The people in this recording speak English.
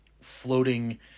floating